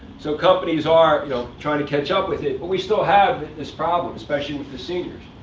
so companies are you know trying to catch up with it, but we still have this problem, especially with the seniors.